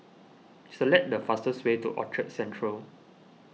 select the fastest way to Orchard Central